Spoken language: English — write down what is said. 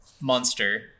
monster